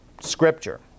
Scripture